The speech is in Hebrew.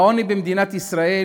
העוני במדינת ישראל